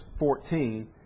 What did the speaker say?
14